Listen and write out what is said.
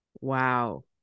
Wow